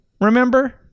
remember